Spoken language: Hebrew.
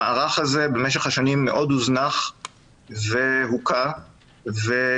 המערך הזה במשך השנים מאוד הוזנח והוכה ודולל,